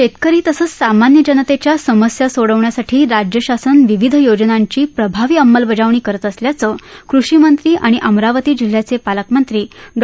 शेतकरी तसंच सामान्य जनतेच्या समस्या सोडवण्यासाठी राज्य शासनाव्दारे विविध योजनांची प्रभावी अंमलबजावणी करत असल्याचं कृषी मंत्री आणि अमरावती जिल्ह्याचे पालकमंत्री डॉ